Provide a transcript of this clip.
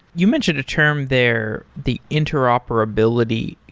you mentioned a term there, the interoperability.